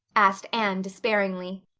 asked anne despairingly.